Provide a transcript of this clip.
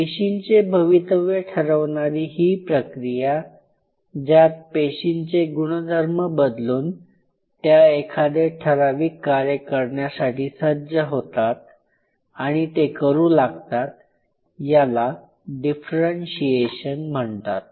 पेशींचे भवितव्य ठरवणारी ही प्रक्रिया ज्यात पेशींचे गुणधर्म बदलून त्या एखादे ठराविक कार्य करण्यासाठी सज्ज होतात आणि ते करू लागतात याला डिफरेंशीएशन म्हणतात